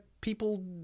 people